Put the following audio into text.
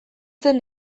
zen